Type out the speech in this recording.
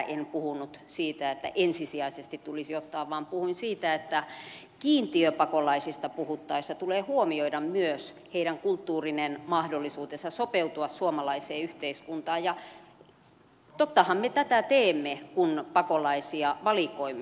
en puhunut siitä että ensisijaisesti tulisi ottaa vaan puhuin siitä että kiintiöpakolaisista puhuttaessa tulee huomioida myös heidän kulttuurinen mahdollisuutensa sopeutua suomalaiseen yhteiskuntaan ja tottahan me tätä teemme kun pakolaisia valikoimme